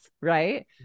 Right